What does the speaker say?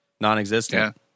non-existent